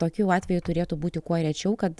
tokių atvejų turėtų būti kuo rečiau kad